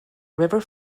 river